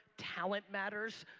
talent matters.